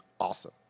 awesome